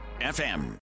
FM